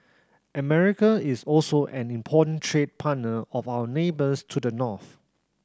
America is also an important trade partner of our neighbours to the north